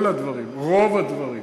כל הדברים, רוב הדברים,